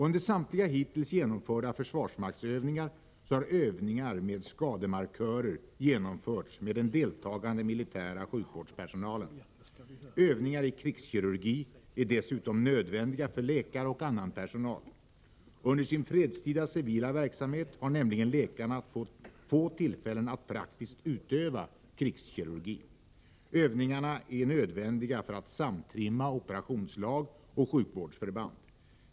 Under samtliga hittills genomförda försvarsmaktsövningar har övningar med skademarkörer genomförts med den deltagande militära sjukvårdspersonalen. Övningar i krigskirurgi är dessutom nödvändiga för läkare och annan personal. Under sin fredstida civila verksamhet har nämligen läkarna få tillfällen att praktiskt utöva krigskirurgi. Övningarna är nödvändiga för att samtrimma operationslag och sjukvårdsförband.